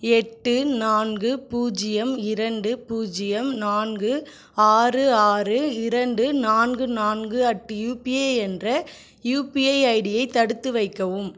எட்டு நான்கு பூஜ்ஜியம் இரண்டு பூஜ்ஜியம் நான்கு ஆறு ஆறு இரண்டு நான்கு நான்கு அட் யூபிஐ என்ற யூபிஐ ஐடியை தடுத்து வைக்கவும்